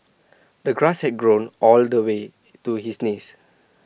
the grass had grown all the way to his knees